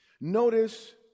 Notice